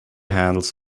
handles